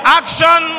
action